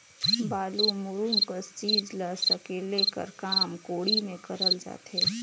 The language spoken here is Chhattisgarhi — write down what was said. बालू, मूरूम कस चीज ल सकेले कर काम कोड़ी मे करल जाथे